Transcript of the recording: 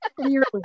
clearly